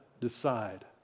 decide